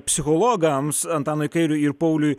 psichologams antanui kairiui ir pauliui